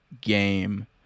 game